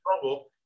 trouble